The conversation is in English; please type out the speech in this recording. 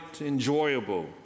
enjoyable